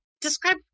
Describe